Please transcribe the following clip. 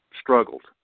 struggled